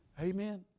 Amen